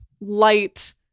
light